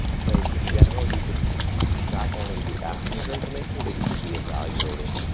so in general, you should not only be asking for information, but you should be evaluating,